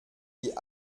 die